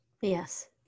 Yes